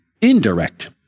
indirect